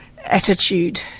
Attitude